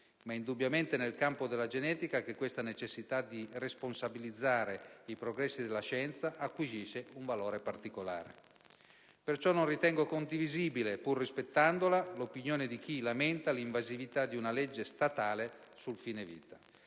ma è indubbiamente nel campo della genetica che questa necessità di responsabilizzare i progressi della scienza acquisisce un valore particolare. Per questo non ritengo condivisibile, pur rispettandola, l'opinione di chi lamenta l'invasività di una legge statale sul fine vita,